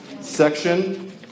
section